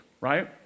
right